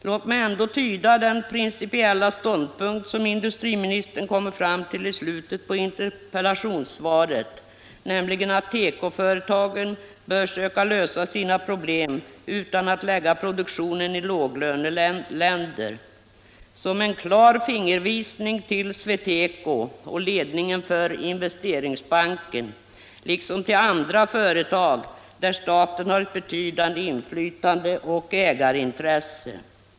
Låt mig ändå tyda den principiella ståndpunkt som industriministern kommer fram till i slutet av interpellationssvaret — nämligen att tekoföretagen bör söka lösa sina problem utan att lägga produktionen i låglöneländer — som en klar fingervisning till SweTeco och ledningen för Investeringsbanken, liksom till andra företag där staten har ett betydande inflytande och ägarintresse.